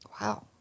Wow